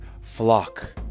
flock